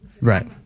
Right